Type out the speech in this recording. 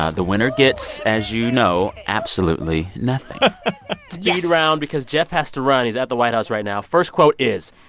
ah the winner gets, as you know, absolutely nothing yes speed round because geoff has to run. he's at the white house right now. first quote is,